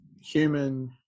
human